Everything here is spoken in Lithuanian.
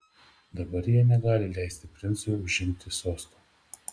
dabar jie negali leisti princui užimti sosto